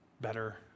better